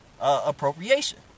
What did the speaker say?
appropriation